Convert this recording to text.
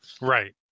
Right